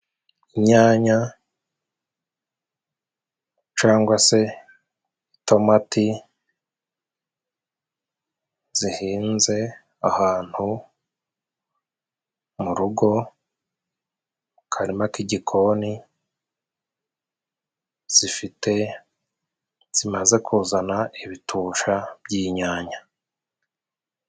Inyanya cangwa se itomati zihinze ahantu mu rugo, mu karima k'igikoni zifite zimaze kuzana ibitusha by'inyanya.